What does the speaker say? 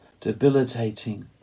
debilitating